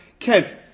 Kev